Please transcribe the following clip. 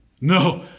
No